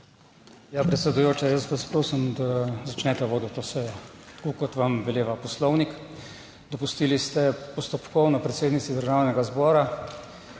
Predsedujoča, jaz vas prosim, da začnete voditi to sejo tako, kot vam veleva poslovnik. Dopustili ste postopkovno predsednici Državnega zbora,